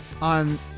On